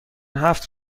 هفت